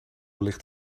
ligt